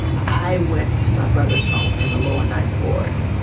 i went to my brother's home in the lower ninth ward.